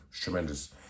tremendous